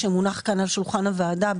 שמונח כאן על שולחן הוועדה,